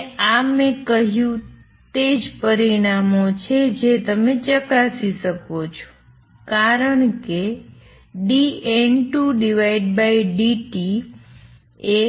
અને આ મેં કહ્યું તે જ પરિમાણો છે જે તમે ચકાસી શકો છો કારણ કે dN2dt એ